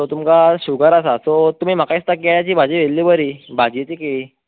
so तुमका sugar आसात so तुमी म्हाका दिसता केळ्याची भाजी व्हेली बरी भाजयेची केळी